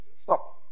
stop